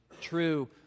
true